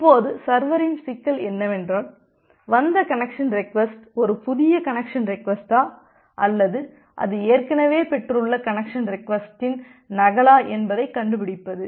இப்போது சர்வரின் சிக்கல் என்னவென்றால் வந்த கனெக்சன் ரெக்வஸ்ட் ஒரு புதிய கனெக்சன் ரெக்வஸ்ட்டா அல்லது அது ஏற்கனவே பெற்றுள்ள கனெக்சன் ரெக்வஸ்ட்டின் நகலா என்பதைக் கண்டுபிடிப்பது